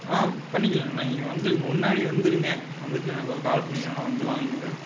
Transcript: ஆ பண்ணிக்கலாம் நான் இங்கே வந்து முன்னாடி வந்துடுங்க வந்துட்டு எனக்கு ஒரு கால் பண்ணிங்கன்னால் நான் வந்து வாங்கிப்பேன்